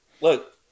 look